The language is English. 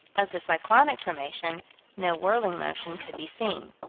as to cyclonic formation no whirling motion could be seen.